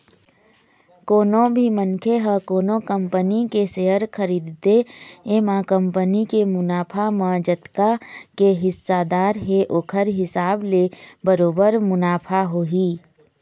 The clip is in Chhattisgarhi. कोनो भी मनखे ह कोनो कंपनी के सेयर खरीदथे एमा कंपनी के मुनाफा म जतका के हिस्सादार हे ओखर हिसाब ले बरोबर मुनाफा होही